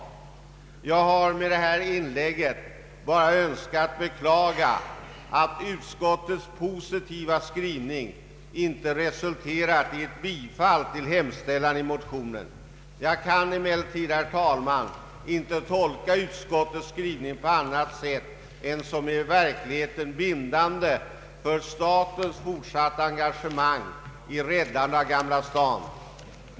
Jag har med detta inlägg bara önskat beklaga att utskottets positiva skrivning inte resulterat i ett bifall till hemställan i motionen. Jag kan emellertid, herr talman, inte tolka utskottets skrivning på annat sätt än som i verkligheten bindande för statens fortsatta engagemang i räddandet av Gamla Stan.